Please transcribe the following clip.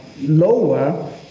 lower